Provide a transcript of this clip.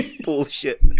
Bullshit